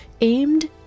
aimed